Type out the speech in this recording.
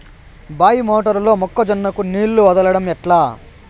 బాయి మోటారు లో మొక్క జొన్నకు నీళ్లు వదలడం ఎట్లా?